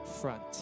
front